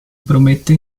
promette